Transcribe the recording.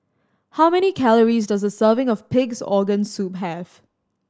how many calories does a serving of Pig's Organ Soup have